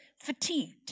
fatigued